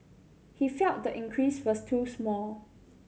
he felt the increase was too small